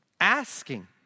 asking